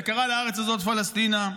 וקרא לארץ הזאת פלשתינה.